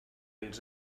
ens